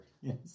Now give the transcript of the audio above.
Yes